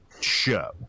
show